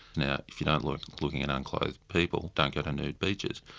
now if you don't like looking at unclothed people, don't go to nude beaches.